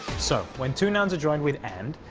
so, when two nouns are joined with and,